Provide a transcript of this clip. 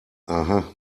aha